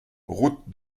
route